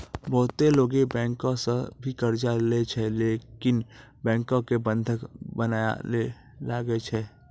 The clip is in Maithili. बहुते लोगै बैंको सं भी कर्जा लेय छै लेकिन बैंको मे बंधक बनया ले लागै छै